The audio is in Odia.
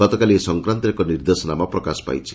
ଗତକାଲି ଏ ସଂକ୍ରାନ୍ଡରେ ଏକ ନିର୍ଦ୍ଦେଶନାମା ପ୍ରକାଶ ପାଇଛି